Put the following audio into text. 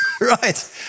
right